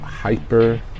hyper